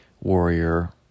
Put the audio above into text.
warrior